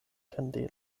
kandelon